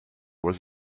was